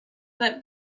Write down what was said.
that